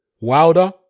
Wilder